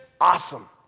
awesome